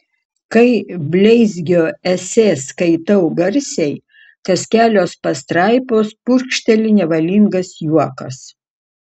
kai bleizgio esė skaitau garsiai kas kelios pastraipos purkšteli nevalingas juokas